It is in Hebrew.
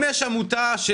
עמותה?